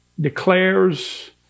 declares